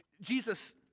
Jesus